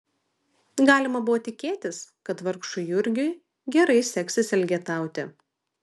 galima buvo tikėtis kad vargšui jurgiui gerai seksis elgetauti